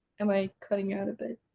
am i cutting out a bit?